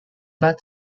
bat